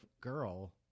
girl